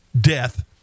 death